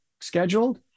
scheduled